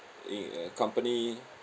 in~ uh company